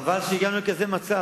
חבל שהגענו למצב כזה.